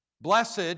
Blessed